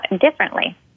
differently